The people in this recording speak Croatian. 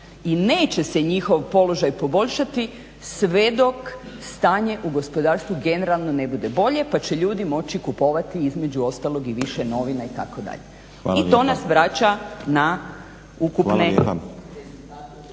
I neće se njihov položaj poboljšati sve dok stanje u gospodarstvu generalno ne bude bolje pa će ljudi moći kupovati između ostalog i više novina itd. i to nas vraća na ukupne